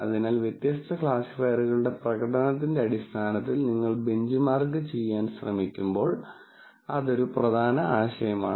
അതിനാൽ വ്യത്യസ്ത ക്ലാസിഫയറുകളുടെ പ്രകടനത്തിന്റെ അടിസ്ഥാനത്തിൽ നിങ്ങൾ ബെഞ്ച്മാർക്ക് ചെയ്യാൻ ശ്രമിക്കുമ്പോൾ അതൊരു പ്രധാന ആശയമാണ്